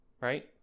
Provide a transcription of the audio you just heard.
right